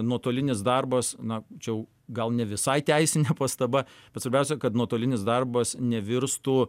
nuotolinis darbas na čia gal ne visai teisinė pastaba bet svarbiausia kad nuotolinis darbas nevirstų